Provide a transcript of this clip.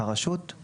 הרשות;